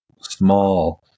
small